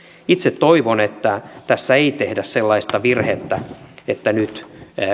itse toivon että tässä ei tehdä sellaista virhettä että nyt